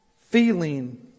Feeling